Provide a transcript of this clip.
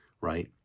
right